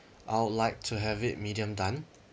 I would like to have it medium done